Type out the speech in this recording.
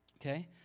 Okay